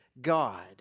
God